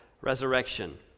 resurrection